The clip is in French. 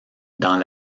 dans